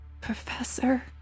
Professor